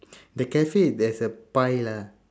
the cafe there's a pie lah